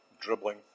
dribbling